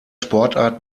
sportart